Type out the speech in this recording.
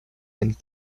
and